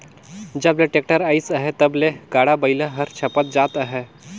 जब ले टेक्टर अइस अहे तब ले गाड़ा बइला हर छपत जात अहे